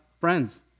friends